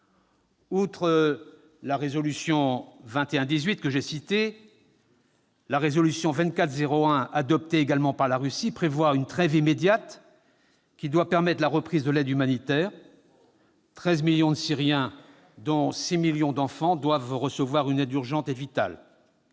Outre la résolution 2118, que j'ai citée, la résolution 2401, adoptée également par la Russie, prévoit une trêve immédiate qui doit permettre la reprise de l'aide humanitaire. Treize millions de Syriens, dont six millions d'enfants, doivent recevoir une aide urgente et vitale.